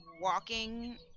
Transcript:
walking